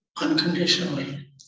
unconditionally